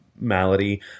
malady